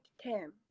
ten